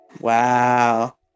Wow